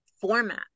format